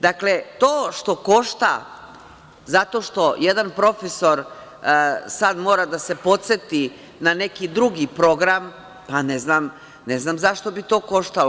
Dakle, to što košta zato što jedan profesor sada mora da se podseti na neki drugi program, ne znam zašto bi to koštalo?